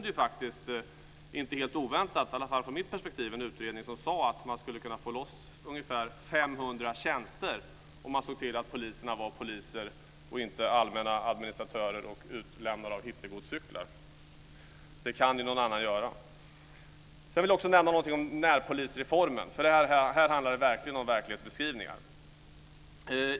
Det har faktiskt, åtminstone i mitt perspektiv inte helt oväntat, kommit en utredning som säger att man skulle kunna få loss ungefär 500 tjänster, om man ser till att poliserna får vara poliser i stället för att vara allmänna administratörer och utlämnare av hittegodscyklar. Det är uppgifter som andra kan klara. Jag vill också nämna något om närpolisreformen. Det handlar här förvisso om verklighetsbeskrivningar.